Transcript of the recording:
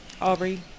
Aubrey